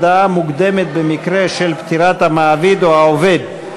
הודעה מוקדמת במקרה של פטירת המעביד או העובד),